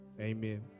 amen